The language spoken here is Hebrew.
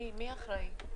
מי אחראי?